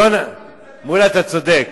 מולה, אתה צודק.